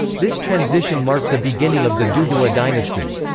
this transition marked the beginning of the duguwa dynasty.